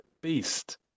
beast